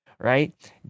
right